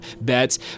bets